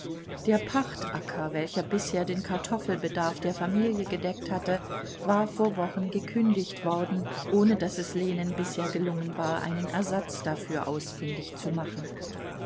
der pachtacker welcher bisher den kartoffelbedarf der familie gedeckt hatte war vor wochen gekündigt worden ohne daß es lenen bisher gelungen war einen ersatz dafür ausfindig zu machen